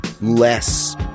less